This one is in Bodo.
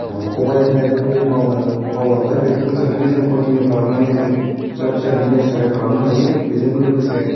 खबाइ हेबनायफोरखौ जों बाउलां बावलांबाय बेफोरखौ जाहाथे कन्टिनिउ खालामनानै जों फिसा फिसा बिजनेस स्टार्त आप खालामनो हायो बेजोंबो लोगोसे